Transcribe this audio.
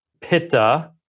pitta